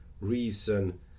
reason